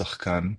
שחקן,